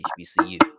HBCU